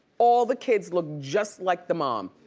all the kids look just like the mom,